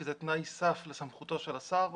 כי זה תנאי סף לסמכותו של השר,